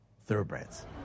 thoroughbreds